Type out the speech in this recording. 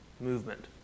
movement